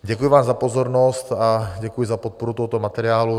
Děkuji vám za pozornost a děkuji za podporu tohoto materiálu.